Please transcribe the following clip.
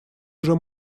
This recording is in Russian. уже